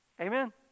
Amen